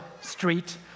street